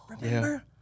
Remember